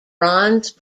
bronze